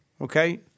Okay